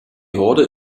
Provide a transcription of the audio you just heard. horde